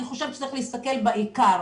צריך להסתכל בעיקר.